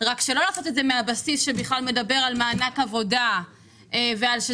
רק שלא לעשות את זה מהבסיס שבכלל מדבר על מענק עבודה ועל כך